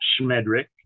Schmedrick